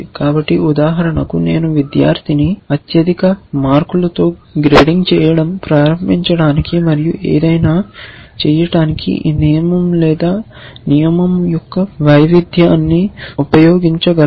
కాబట్టి ఉదాహరణకు నేను విద్యార్థిని అత్యధిక మార్కులతో గ్రేడింగ్ చేయడం ప్రారంభించడానికి మరియు ఏదైనా చేయటానికి ఈ నియమం లేదా ఈ నియమం యొక్క వైవిధ్యాన్ని ఉపయోగించగలను